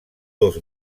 dos